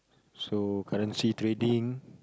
so currency trading